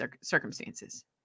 circumstances